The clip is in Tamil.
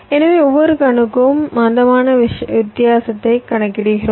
எனவே ஒவ்வொரு கணுக்கும் மந்தமான வித்தியாசத்தை கணக்கிடுகிறோம்